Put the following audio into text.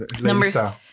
Number